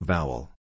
Vowel